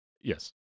Yes